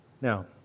Now